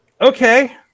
Okay